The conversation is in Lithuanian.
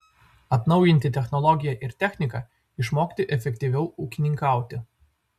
atnaujinti technologiją ir techniką išmokti efektyviau ūkininkauti